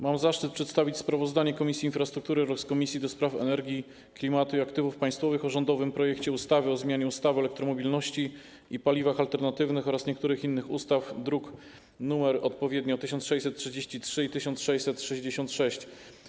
Mam zaszczyt przedstawić sprawozdanie Komisji Infrastruktury oraz Komisji do Spraw Energii, Klimatu i Aktywów Państwowych o rządowym projekcie ustawy o zmianie ustawy o elektromobilności i paliwach alternatywnych oraz niektórych innych ustaw, odpowiednio druki nr 1633 i 1666.